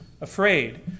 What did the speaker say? afraid